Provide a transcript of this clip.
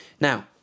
now